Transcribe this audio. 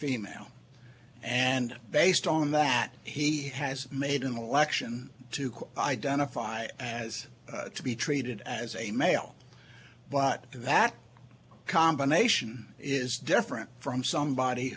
female and based on that he has made an election to identify as to be treated as a male but that combination is different from somebody